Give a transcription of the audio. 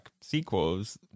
sequels